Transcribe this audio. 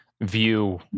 view